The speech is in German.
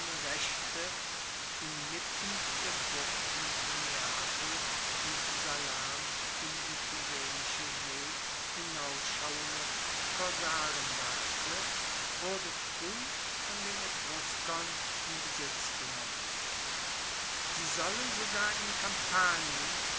rechte inmitten der buchten von neapel und salern in die tyrrhenische see hinausschauende korsarenwarte wurde frueh von den etruskern in besitz genommen sie sollen sogar in kampanien